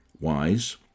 wise